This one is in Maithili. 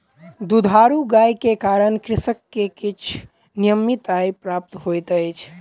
दुधारू गाय के कारण कृषक के किछ नियमित आय प्राप्त होइत अछि